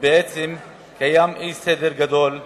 ובעצם קיים אי-סדר אחד גדול.